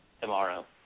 tomorrow